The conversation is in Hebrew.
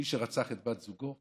מי שרצח את בת זוגו,